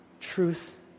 truth